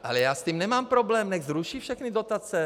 Ale já s tím nemám problém, nechť zruší všechny dotace.